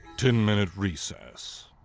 ten minute recess